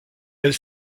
elle